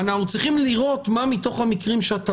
אנחנו צריכים לראות מה מתוך המקרים שאתה